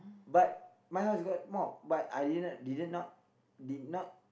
but my house got mop but I didn't didn't not did not